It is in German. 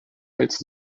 als